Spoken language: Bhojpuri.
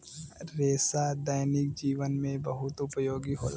रेसा दैनिक जीवन में बहुत उपयोगी होला